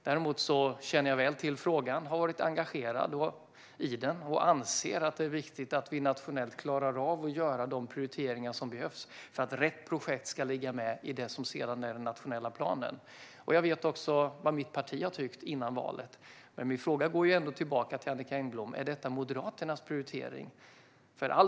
Däremot känner jag väl till frågan, har varit engagerad i den och anser att det är viktigt att vi nationellt klarar av att göra de prioriteringar som behövs för att rätt projekt ska ligga med i det som sedan blir den nationella planen. Jag vet också vad mitt parti har tyckt före valet. Men min fråga går tillbaka till Annicka Engblom: Är detta Moderaternas prioritering?